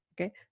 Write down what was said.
Okay